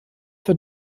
für